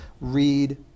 read